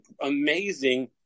amazing